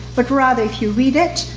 but rather if you read it,